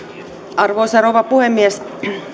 arvoisa rouva puhemies